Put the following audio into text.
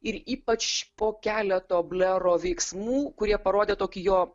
ir ypač po keleto blero veiksmų kurie parodė tokį jo